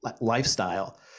lifestyle